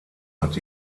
hat